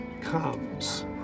comes